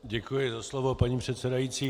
Děkuji za slovo, paní předsedající.